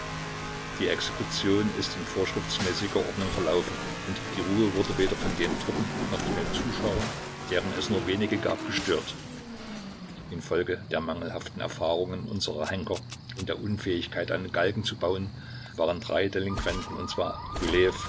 die exekution ist in vorschriftmäßiger ordnung verlaufen und die ruhe wurde weder von den truppen noch von den zuschauern deren es nur wenige gab gestört infolge der mangelhaften erfahrungen unserer henker und der unfähigkeit einen galgen zu bauen waren drei delinquenten und zwar